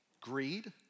greed